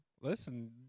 listen